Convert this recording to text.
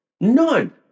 None